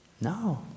No